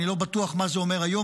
אני לא בטוח מה זה אומר היום,